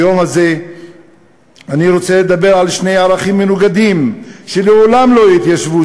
ביום הזה אני רוצה לדבר על שני ערכים מנוגדים שלעולם לא יתיישבו